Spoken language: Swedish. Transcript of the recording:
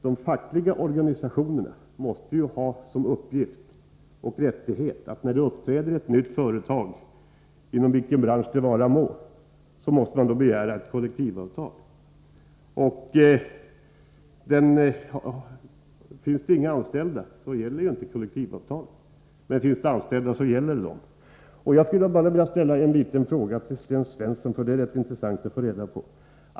De fackliga organisationerna måste ju ha till uppgift — och ha rätt — att begära kollektivavtal när det uppträder ett nytt företag. Det må gälla vilken bransch som helst. Finns det inga anställda gäller ju inte kollektivavtalet, men finns det anställda gäller det. Jag skulle nu vilja ställa några frågor till Sten Svensson, vilka det är rätt intressant att få svar på.